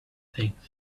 things